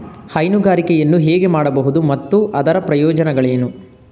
ಹೈನುಗಾರಿಕೆಯನ್ನು ಹೇಗೆ ಮಾಡಬಹುದು ಮತ್ತು ಅದರ ಪ್ರಯೋಜನಗಳೇನು?